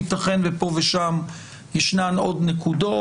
יתכן ופה ושם ישנן עוד נקודות.